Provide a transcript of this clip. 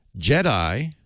Jedi